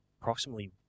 approximately